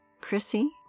Chrissy